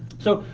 so,